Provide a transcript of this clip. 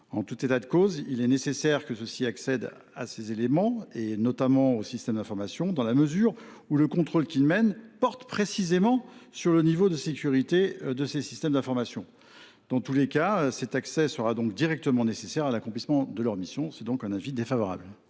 En tout état de cause, il est important que ceux ci puissent accéder à ces éléments, et notamment aux systèmes d’information, dans la mesure où le contrôle qu’ils mènent porte précisément sur le niveau de sécurité de ces systèmes d’information. Dans tous les cas, cet accès sera donc directement nécessaire à l’accomplissement de leur mission. L’avis de